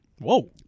Whoa